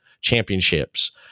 championships